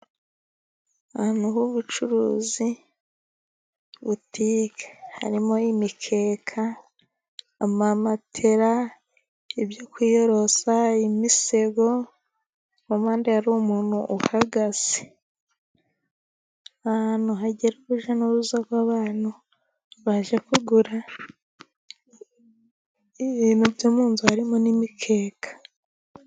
Ahantu h'ubucuruzi, butike. Harimo imikeka, amamatera, ibyo kwiyorosa, imisego, mu mpande hari umuntu uhagaze. Ahantu hagera urujya n'uruza rw'abantu baje kugura ibintu byo mu nzu, harimo n'imikeka.